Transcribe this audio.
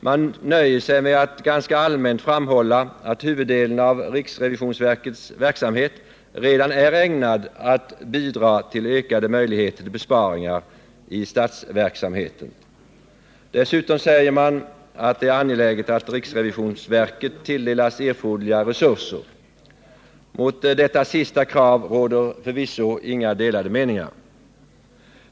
Man nöjer sig med att ganska allmänt framhålla att huvuddelen av riksrevisionsverkets verksamhet redan är ägnad att bidra till ökade möjligheter till besparingar i statsverksamheten. Dessutom säger man att det är angeläget att riksrevisionsverket tilldelas erforderliga resurser. Om detta sista krav råder förvisso inga delade meningar.